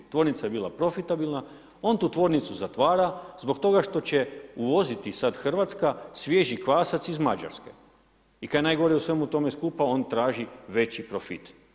Tvornica je bila profitabilna, on tu tvornicu zatvara zbog toga što će uvoziti sada Hrvatska svježi kvasac iz Mađarske i kaj je najgore u svemu tome skupa on traži veći profit.